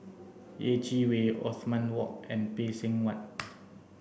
Yeh Chi Wei Othman Wok and Phay Seng Whatt